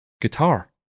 guitar